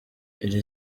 iri